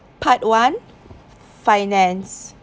part one finance